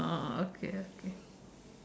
oh okay okay